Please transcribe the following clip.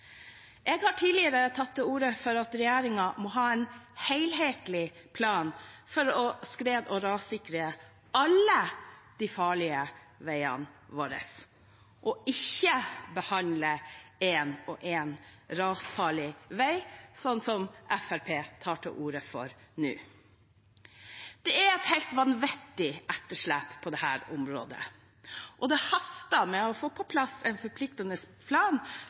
Jeg har tidligere tatt til orde for at regjeringen må ha en helhetlig plan for skred- og rassikring av alle de farlige veiene våre, og ikke behandle én og én rasfarlig vei, sånn som Fremskrittspartiet tar til orde for nå. Det er et helt vanvittig etterslep på dette området, og det haster med å få på plass en forpliktende plan